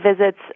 visits